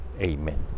Amen